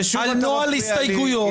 אתם הורסים את הכלי הזה, ההפך.